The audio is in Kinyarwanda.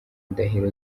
indahiro